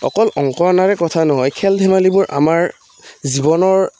অকল অংশ অনাৰে কথা নহয় খেল ধেমালিবোৰ আমাৰ জীৱনৰ